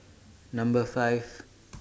Number five